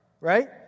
right